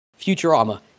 Futurama